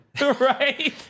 Right